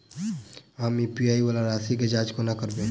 हम यु.पी.आई वला राशि केँ जाँच कोना करबै?